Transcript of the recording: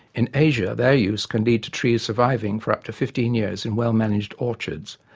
in asia their use can lead to trees surviving for up to fifteen years in well managed orchards,